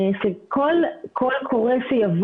אנחנו נסיים אתך ונזכיר שכל הדיון הזה הוא